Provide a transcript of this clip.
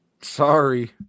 Sorry